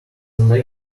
lag